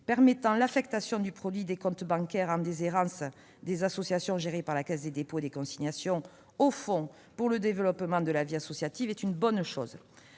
permettant l'affectation du produit des comptes bancaires d'associations en déshérence gérés par la Caisse des dépôts et consignations au fonds pour le développement de la vie associative est une bonne chose.